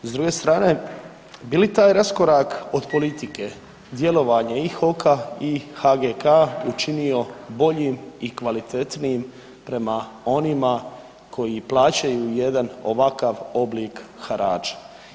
S druge strane bi li taj raskorak od politike djelovanje i HOK-a i HGK učinio boljim i kvalitetnijim prema onima koji plaćaju jedan ovakav oblik harača?